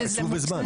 קצוב בזמן.